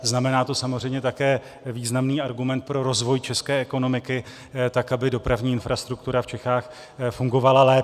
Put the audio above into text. Znamená to samozřejmě také významný argument pro rozvoj české ekonomiky tak, aby dopravní infrastruktura v Čechách fungovala lépe.